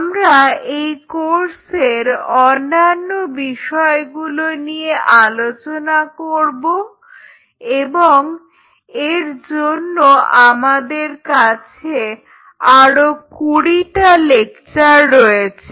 আমরা এই কোর্সের অন্যান্য বিষয়গুলো নিয়ে আলোচনা করব এবং এর জন্য আমাদের কাছে আরও কুড়িটা লেকচার রয়েছে